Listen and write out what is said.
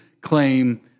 claim